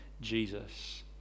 Jesus